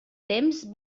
temps